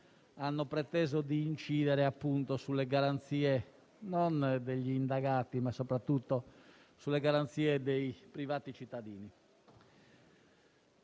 hanno preteso di incidere sulle garanzie non degli indagati, ma soprattutto dei privati cittadini.